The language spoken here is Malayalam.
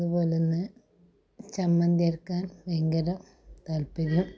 അതുപോലെ തന്നെ ചമ്മന്തി അരക്കാൻ ഭയങ്കരം താൽപര്യം